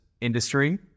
industry